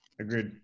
Agreed